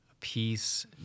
peace